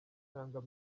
cyangwa